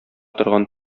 торган